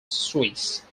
swiss